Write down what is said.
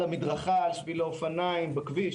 על המדרכה, על שביל האופניים, בכביש.